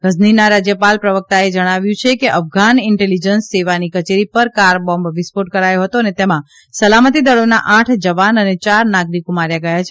ગઝનીના રાજયપાલના પ્રવકતાએ જણાવ્યું કે અફઘાન ઈન્ટેલીજન્સ સેવાની કચેરી પર કાર બોંબ વિસ્ફોટ કરાથો હતો અને તેમાં સલમતી દળોના આઠ જવાન અને ચાર નાગરીકો માર્યા ગયા છે